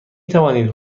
توانید